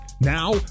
Now